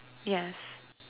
yes